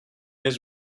his